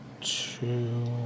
Two